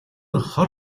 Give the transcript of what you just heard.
хор